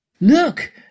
Look